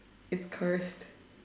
it's cursed